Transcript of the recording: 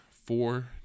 four